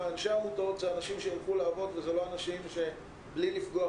אנשי העמותות הם אנשים שילכו לעבוד והם לא אנשים בלי לפגוע,